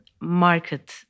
market